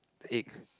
egg